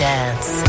Dance